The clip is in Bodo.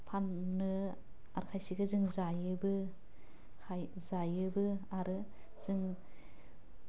फाननो आरो खायसेखो जों जायोबो खाय जायोबो आरो जों